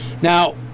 Now